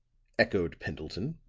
echoed pendleton.